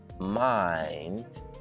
mind